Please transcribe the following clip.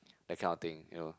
that kind of thing you know